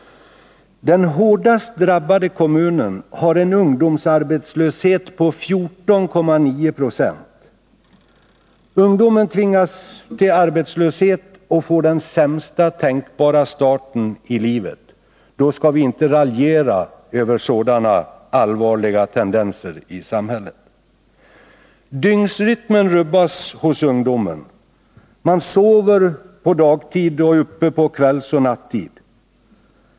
Den hårdast drabbade kommunen har en ungdomsarbetslöshet på 14,9 26. Ungdomen tvingas till arbetslöshet och får den sämsta tänkbara starten i livet. Då skall vi inte raljera över sådana allvarliga tendenser i samhället. Dygnsrytmen rubbas hos ungdomarna. Man sover på dagtid och är uppe på kvällsoch nattid.